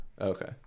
Okay